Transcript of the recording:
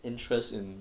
interest in